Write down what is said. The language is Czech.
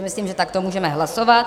Myslím, že takto můžeme hlasovat.